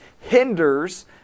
hinders